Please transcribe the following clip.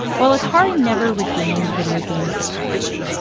while atari never regained video game supremacy,